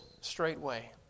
straightway